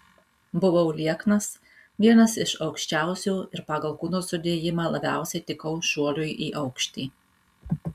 buvau lieknas vienas iš aukščiausių ir pagal kūno sudėjimą labiausiai tikau šuoliui į aukštį